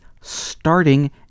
starting